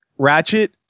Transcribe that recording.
Ratchet